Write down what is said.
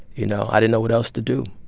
you know, i didn't know what else to do,